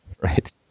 right